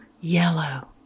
yellow